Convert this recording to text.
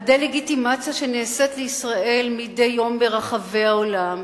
הדה-לגיטימציה שנעשית לישראל מדי יום ברחבי העולם,